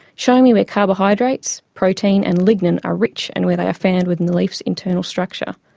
showing me where carbohydrates, protein and lignin are rich and where they are found within the leaf's internal structure.